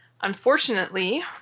Unfortunately